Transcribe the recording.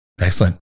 Excellent